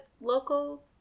local